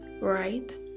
right